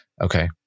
Okay